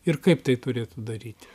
ir kaip tai turėtų daryti